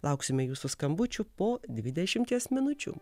lauksime jūsų skambučių po dvidešimties minučių